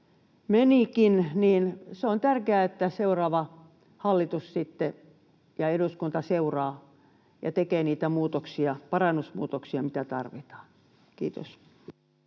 menikin, niin on tärkeää, että seuraava hallitus ja eduskunta sitten seuraavat ja tekevät niitä parannusmuutoksia, mitä tarvitaan. — Kiitos.